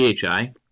PHI